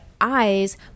eyes